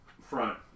Front